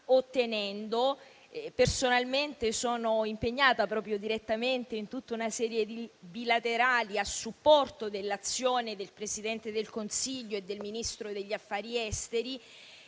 De Priamo. Personalmente, sono impegnata proprio direttamente in una serie di bilaterali a supporto dell'azione del Presidente del Consiglio e del Ministro degli affari esteri.